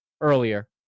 earlier